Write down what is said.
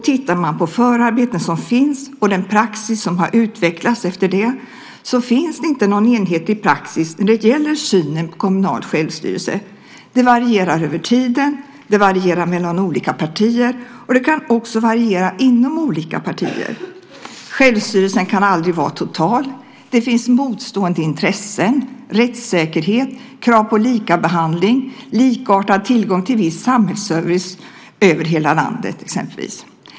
Tittar man på förarbeten som finns och den praxis som har utvecklats efter det så finns det inte någon enhetlig praxis när det gäller synen på kommunal självstyrelse. Det varierar över tiden, det varierar mellan olika partier och det kan också variera inom olika partier. Självstyrelsen kan aldrig vara total. Det finns motstående intressen, exempelvis rättssäkerhet, krav på likabehandling och likartad tillgång till viss samhällsservice över hela landet.